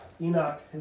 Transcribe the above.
Enoch